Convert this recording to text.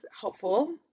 helpful